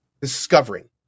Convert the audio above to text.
discovering